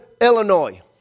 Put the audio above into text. Illinois